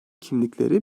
kimlikleri